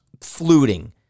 fluting